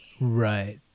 right